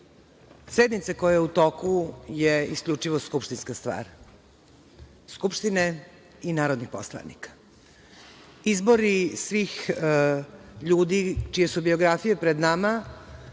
koja je u toku je isključivo skupštinska stvar Skupštine i narodnih poslanika. Izbori svih ljudi čije su biografije pred nama,